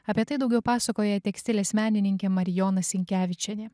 apie tai daugiau pasakoja tekstilės menininkė marijona sinkevičienė